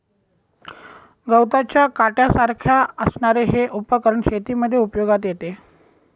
गवताच्या काट्यासारख्या असणारे हे उपकरण शेतीमध्ये उपयोगात येते